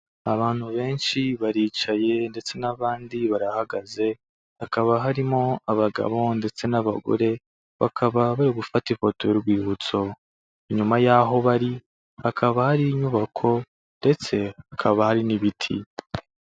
Abantu benshi baricaye ndetse n'abandi barahagaze, hakaba harimo abagabo ndetse n'abagore, bakaba bari gufata ifoto y'urwibutso, inyuma y'aho bari hakaba hari inyubako ndetse hakaba hari n'ibiti.